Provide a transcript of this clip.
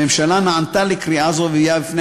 הממשלה נענתה לקריאה זו והביאה בפני